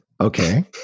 Okay